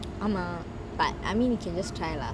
ஆமா:ama but I mean you can just try lah